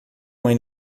mãe